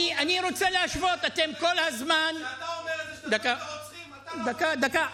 אני רוצה להשוות, כשאתה אומר, דקה, דקה.